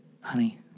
honey